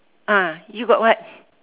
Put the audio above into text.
ah you got what